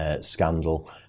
scandal